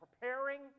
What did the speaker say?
preparing